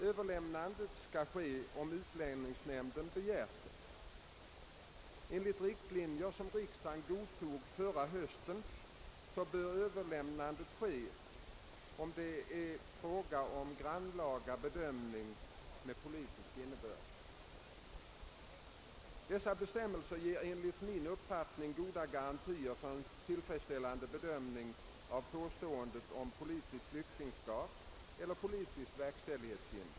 Överlämnandet skall ske om utlänningsnämnden begärt det. Enligt riktlinjer som riksdagen godtog förra hösten bör överlämnandet ske, om det är fråga om grannlaga bedömningar med politisk innebörd. Dessa bestämmelser ger enligt min uppfattning goda garantier för en tillfredsställande bedömning av påståendet om politiskt flyktingskap eller politiskt verkställighetshinder.